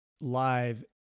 live